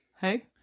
Hey